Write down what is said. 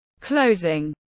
Closing